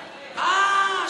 אה,